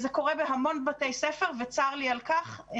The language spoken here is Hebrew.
זה קורה בהמון בתי ספר וצר לי על כך.